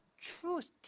truth